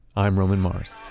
i'm roman mars